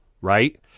right